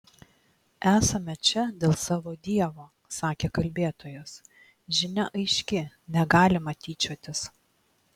esame čia dėl savo dievo sakė kalbėtojas žinia aiški negalima tyčiotis